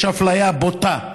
יש אפליה בוטה,